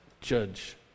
judge